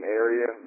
area